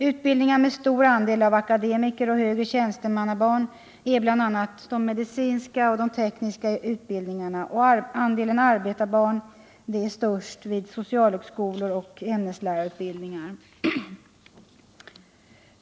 Utbildningar med stor andel av barn till akademiker och högre tjänstemän är bl.a. medicinska och tekniska utbildningar. Andelen arbetarbarn är störst vid socialhögskola och ämneslärarutbildning.